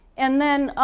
and then